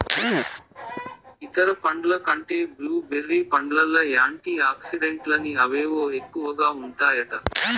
ఇతర పండ్ల కంటే బ్లూ బెర్రీ పండ్లల్ల యాంటీ ఆక్సిడెంట్లని అవేవో ఎక్కువగా ఉంటాయట